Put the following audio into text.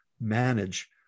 manage